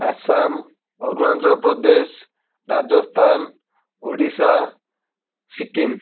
Assam Arunachal Pradesh Rajasthan Odisha Sikkim